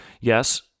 yes